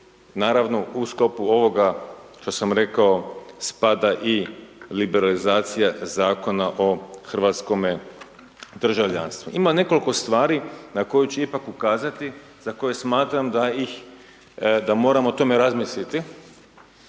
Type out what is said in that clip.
Naravno, u sklopu ovoga što sam rekao, spada i liberalizacija Zakona o hrvatskome državljanstvu. Ima nekoliko stvari na koje ću ipak ukazati, za koje smatram da ih, da moramo o tome razmisliti.